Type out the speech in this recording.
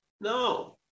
no